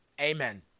amen